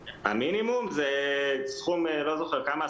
המינימום אני לא זוכר כמה,